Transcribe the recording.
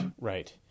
Right